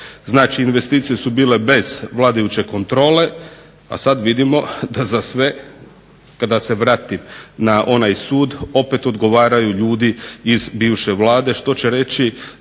Znači investicije su bile vladajuće kontrole, a sad vidimo da za sve kada se vratim na onaj sud opet odgovaraju ljudi iz bivše Vlade što će reći